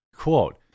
Quote